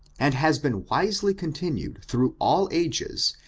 and has been wisely continued through all ages,